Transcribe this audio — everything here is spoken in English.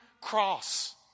cross